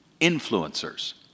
influencers